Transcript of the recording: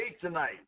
tonight